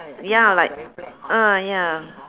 ya lah like ah ya